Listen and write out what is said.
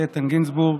גינזבורג,